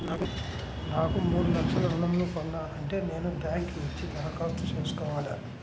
నాకు మూడు లక్షలు ఋణం ను పొందాలంటే నేను బ్యాంక్కి వచ్చి దరఖాస్తు చేసుకోవాలా?